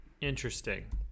Interesting